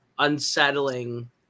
unsettling